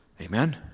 Amen